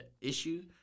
issue